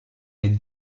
est